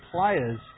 players